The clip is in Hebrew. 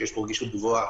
שיש אליה רגישות גבוהה,